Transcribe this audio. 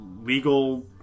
legal